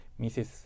Mrs